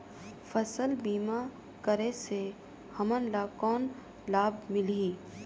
फसल बीमा करे से हमन ला कौन लाभ मिलही?